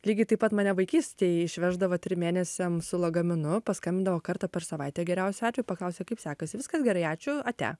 lygiai taip pat mane vaikystėj išveždavo trim mėnesiam su lagaminu paskambindavo kartą per savaitę geriausiu atveju paklausia kaip sekasi viskas gerai ačiū ate